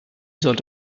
sollte